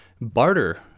barter